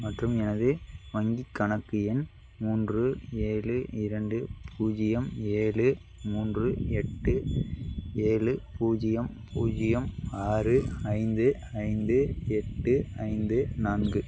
மற்றும் எனது வங்கிக் கணக்கு எண் மூன்று ஏழு இரண்டு பூஜ்ஜியம் ஏழு மூன்று எட்டு ஏழு பூஜ்ஜியம் பூஜ்ஜியம் ஆறு ஐந்து ஐந்து எட்டு ஐந்து நான்கு